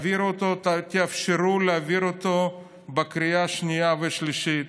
תאפשרו להעביר אותו בקריאה השנייה והשלישית